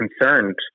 concerned